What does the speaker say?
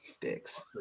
Dicks